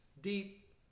deep